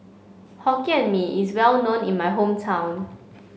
Hokkien Mee is well known in my hometown